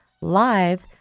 live